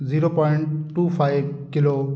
zero point two five kilo